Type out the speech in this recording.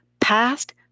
past